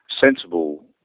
sensible